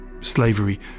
slavery